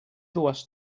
dues